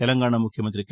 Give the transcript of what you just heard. తెలంగాణ ముఖ్యమంత్రి కే